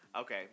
Okay